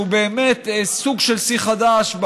שהוא באמת סוג של שיא חדש.